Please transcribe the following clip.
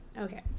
Okay